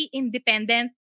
independent